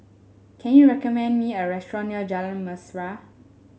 can you recommend me a restaurant near Jalan Mesra